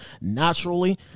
naturally